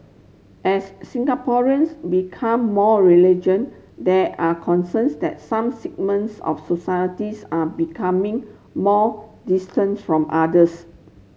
as Singaporeans become more religion there are concerns that some segments of societies are becoming more distant from others